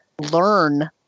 learn